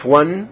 one